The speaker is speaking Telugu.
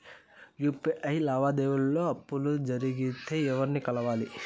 యు.పి.ఐ లావాదేవీల లో తప్పులు జరిగితే ఎవర్ని కలవాలి?